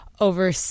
over